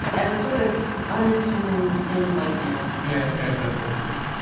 as a sort of unassuming thin white man. yeah, i think i have that privilege.